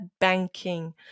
banking